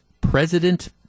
President